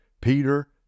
Peter